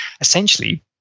essentially